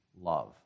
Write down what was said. love